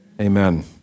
Amen